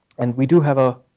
and we do have a